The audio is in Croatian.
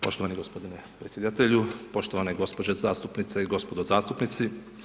Poštovani gospodine predsjedatelju, poštovane gospođe zastupnice i gospodo zastupnici.